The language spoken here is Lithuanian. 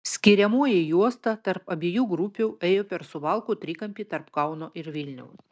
skiriamoji juosta tarp abiejų grupių ėjo per suvalkų trikampį tarp kauno ir vilniaus